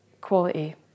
quality